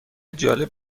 جالب